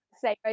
say